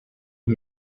aux